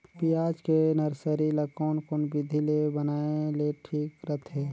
पियाज के नर्सरी ला कोन कोन विधि ले बनाय ले ठीक रथे?